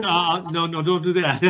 um no, no don't do that.